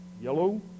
yellow